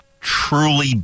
truly